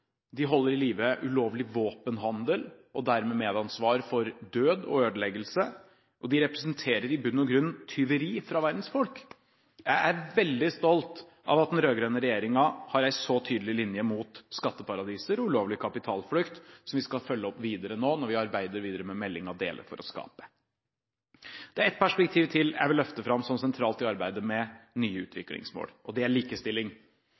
de holder i live ulovlig våpenhandel og har dermed medansvar for død og ødeleggelse, og de representerer i bunn og grunn tyveri fra verdens folk. Jeg er veldig stolt av at den rød-grønne regjeringen har en så tydelig linje mot skatteparadiser og ulovlig kapitalflukt, som vi skal følge opp nå når vi arbeider videre med meldingen Dele for å skape. Det er et perspektiv til jeg vil løfte fram som sentralt i arbeidet med nye utviklingsmål: likestilling, kvinners reproduktive og